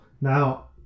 Now